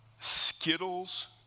Skittles